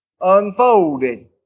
unfolded